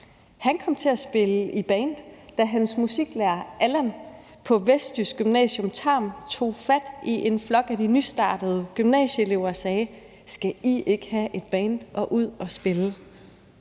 Han kom til at spille i band, da hans musiklærer, Allan, på Vestjysk Gymnasium Tarm tog fat i en flok af de nystartede gymnasieelever og sagde: Skal I ikke have et band og ud at spille?